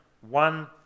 one